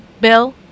Bill